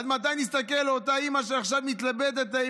עד מתי נסתכל על אותה אימא שעכשיו מתלבטת אם